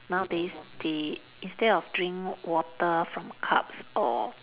nowadays they instead of drink water from cups or